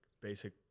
basic